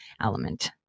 element